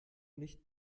nicht